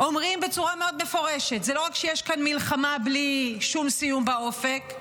אומרים בצורה מאוד מפורשת: זה לא רק שיש כאן מלחמה בלי שום סיום באופק,